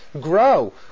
grow